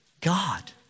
God